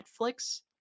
netflix